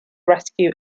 rescue